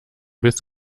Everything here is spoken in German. bis